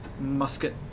musket